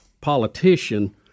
politician